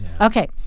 Okay